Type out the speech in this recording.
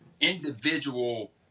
individual